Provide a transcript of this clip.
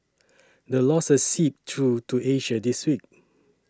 the losses seeped through to Asia this week